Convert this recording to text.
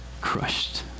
crushed